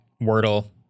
Wordle